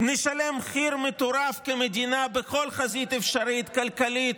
ונשלם מחיר מטורף כמדינה בכל חזית אפשרית: כלכלית,